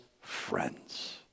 friends